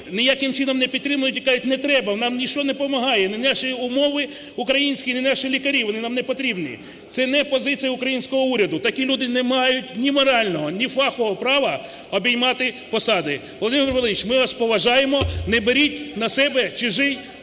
ніяким чином не підтримують і кажуть: "Не треба, нам ніщо не помагає, ні наші умови українські, ні наші лікарі. Вони нам не потрібні". Це не позиція українського уряду. Такі люди не мають ні морального, ні фахового права обіймати посади! Володимир Борисович, ми вас поважаємо. Не беріть на себе чужий негатив.